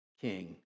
king